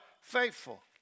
Faithful